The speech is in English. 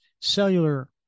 cellular